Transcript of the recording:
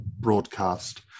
broadcast